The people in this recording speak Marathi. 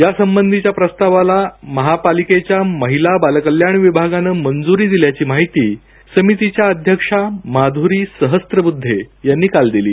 यासंबंधीच्या प्रस्तावाला महापालिकेच्या महिला बालकल्याण समितीने मंजूरी दिल्याची माहिती समितीच्या अध्यक्षा माधूरी सहस्त्रबद्धे यांनी काल दिली